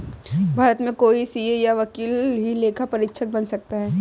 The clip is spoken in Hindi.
भारत में कोई सीए या वकील ही लेखा परीक्षक बन सकता है